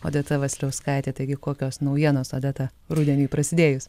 odeta vasiliauskaitė taigi kokios naujienos odeta rudeniui prasidėjus